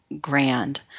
grand